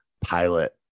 pilot